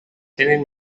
tenen